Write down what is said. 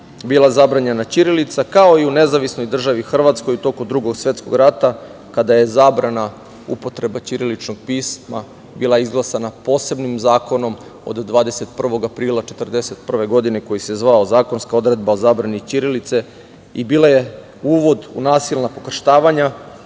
bila zabranjena ćirilica, kao i u NDH u toku Drugog svetskog rata kada je zabrana upotreba ćiriličnog pisma bila izglasana posebnim zakonom od 21. aprila 1941. godine koji se zvao Zakonska odredba o zabrani ćirilice i bila je uvod u nasilna pokrštavanja,